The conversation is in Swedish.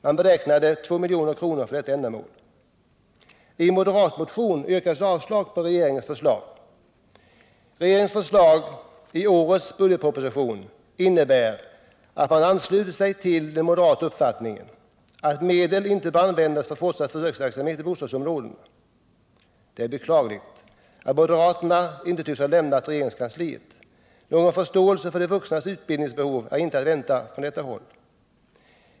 Man beräknade 2 milj.kr. för detta ändamål. I en moderatmotion yrkades avslag på regeringens förslag. Regeringens förslag i årets budgetproposition innebär att man anslutit sig till den moderata uppfattningen att medel inte bör anvisas för fortsatt försöksverksamhet i bostadsområden. Det är beklagligt att moderaterna inte tycks ha lämnat regeringskansliet. Någon förståelse för de vuxnas utbildningsbehov är inte att vänta från det hållet.